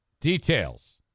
Details